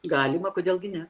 galima kodėl gi ne